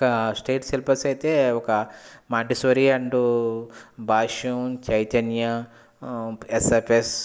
ఒక state syllabus అయితే ఒక Montessori and Bhashyam Chaitanya SFF